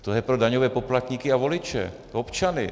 To je pro daňové poplatníky a voliče, občany.